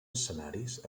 escenaris